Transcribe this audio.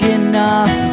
enough